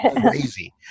crazy